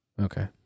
Okay